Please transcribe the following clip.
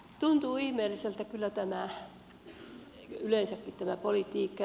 tuntuu ihmeelliseltä kyllä yleensäkin tämä politiikka